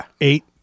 eight